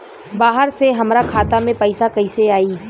बाहर से हमरा खाता में पैसा कैसे आई?